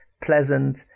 pleasant